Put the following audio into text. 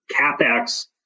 CapEx